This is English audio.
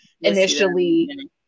initially